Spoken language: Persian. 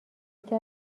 یکی